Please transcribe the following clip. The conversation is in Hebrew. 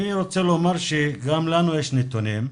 אני רוצה לומר שגם לנו יש נתונים,